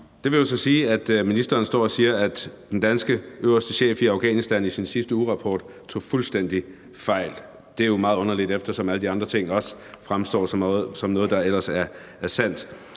Det vil jo så sige, at ministeren står og siger, at den danske øverste chef i Afghanistan i sin sidste ugerapport tog fuldstændig fejl. Det er jo meget underligt, eftersom alle de andre ting fremstår som noget, der ellers er sandt.